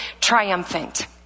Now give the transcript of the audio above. triumphant